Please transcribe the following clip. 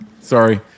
Sorry